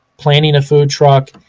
planning a food truck,